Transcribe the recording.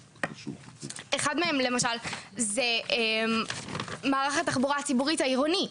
אחד מהם למשל זה מערך התחבורה הציבורית העירוני,